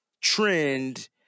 trend